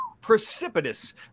precipitous